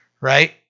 Right